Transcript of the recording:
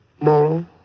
moral